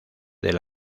del